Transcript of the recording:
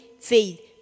faith